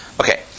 Okay